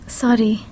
sorry